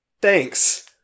Thanks